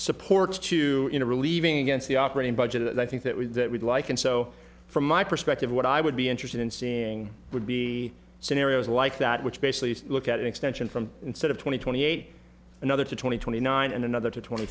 supports to relieving against the operating budget i think that we would like and so from my perspective what i would be interested in seeing would be scenarios like that which basically look at an extension from instead of twenty twenty eight another twenty twenty nine and another twenty